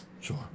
Sure